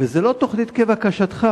וזו לא תוכנית כבקשתך.